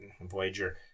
Voyager